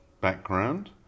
background